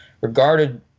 regarded